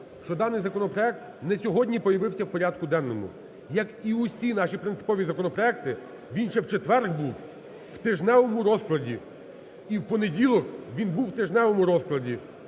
що зданий законопроект не сьогодні появився в порядку денному. Як і усі наші принципові законопроекти, він ще в четвер був в тижневому розкладі і в понеділок він був в тижневому розкладі.